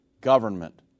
government